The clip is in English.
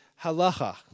halacha